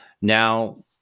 now